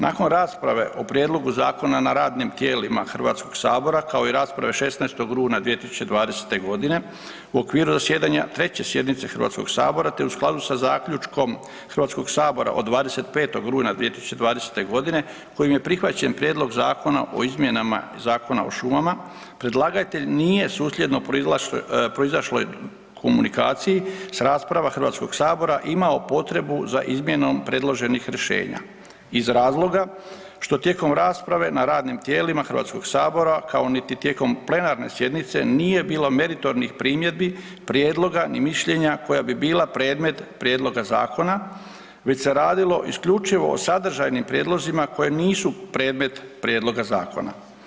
Nakon rasprave o prijedlogu zakona na radnim tijelima Hrvatskog sabora kao i rasprave 16. rujna 2020. godine u okviru zasjedanja treće sjednice Hrvatskog sabora, te u skladu sa zaključkom Hrvatskog sabora od 25. rujna 2020. godine kojim je prihvaćen Prijedlog zakona o izmjenama Zakona o šumama predlagatelj nije sukladno proizašloj komunikaciji s rasprava Hrvatskog sabora imao potrebu za izmjenom predloženih rješenja iz razloga što tijekom rasprave na radnim tijelima Hrvatskog sabora kao niti tijekom plenarne sjednice nije bilo meritornih primjedbi, prijedloga ni mišljenja koja bi bila predmet prijedloga zakona već se radilo isključivo o sadržajnim prijedlozima koje nisu predmet prijedloga zakona.